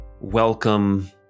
welcome